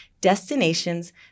destinations